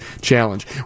challenge